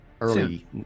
early